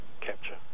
capture